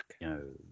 No